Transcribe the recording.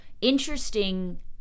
interesting